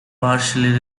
partially